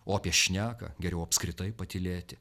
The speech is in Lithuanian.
o apie šneką geriau apskritai patylėti